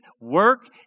Work